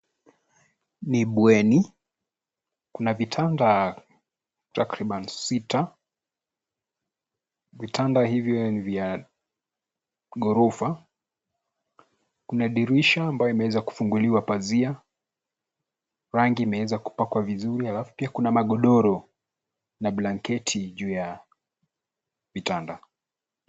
Ni bweni. Kuna vitanda takribani sita. Vitanda hivyo ni vya ghorofa. Kuna dirisha ambayo imeweza kufunguliwa pazia. Rangi imeweza kupakwa vizuri alafu pia kuna magodoro na blanketi juu ya vitanda.